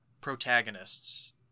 Protagonists